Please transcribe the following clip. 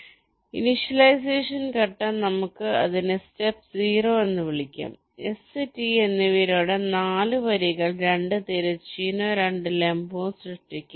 അതിനാൽ ഇനീഷ്യലൈസേഷൻ ഘട്ടം നമുക്ക് അതിനെ സ്റ്റെപ്പ് 0 എന്ന് വിളിക്കാം എസ് ടി എന്നിവയിലൂടെ 4 വരികൾ 2 തിരശ്ചീനവും 2 ലംബവും സൃഷ്ടിക്കുക